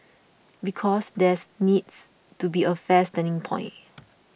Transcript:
because there's needs to be a fair starting point